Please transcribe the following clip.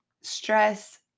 stress